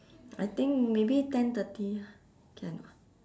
I think maybe ten thirty can ah